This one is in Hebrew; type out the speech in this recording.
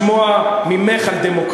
אני תמיד מוכן לשמוע ממך על דמוקרטיה.